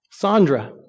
Sandra